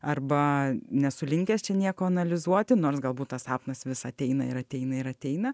arba nesu linkęs čia nieko analizuoti nors galbūt tas sapnas vis ateina ir ateina ir ateina